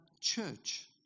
church